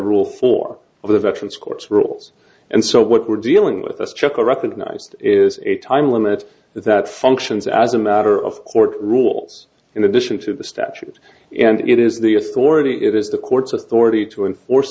rule four of the veterans courts rules and so what we're dealing with us chuck are recognized is a time limit that functions as a matter of court rules in addition to the statute and it is the authority it is the court's authority to enforce